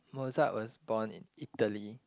Mozart was born in Italy